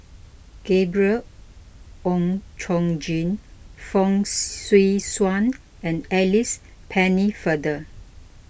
Gabriel Oon Chong Jin Fong Swee Suan and Alice Pennefather